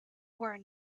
were